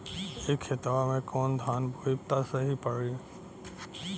ए खेतवा मे कवन धान बोइब त सही पड़ी?